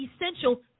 essential